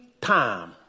time